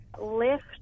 lift